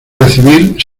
recibir